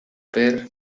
peer